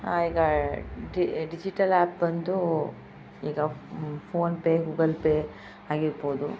ಈಗ digital app ಬಂದು ಈಗ ಫೋನ್ಪೇ ಗೂಗಲ್ ಪೇ ಆಗಿರ್ಬೋದು